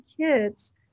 kids